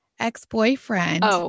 ex-boyfriend